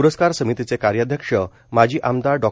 पुरस्का्र समितीचे कार्याध्यक्ष माजी आमदार डॉ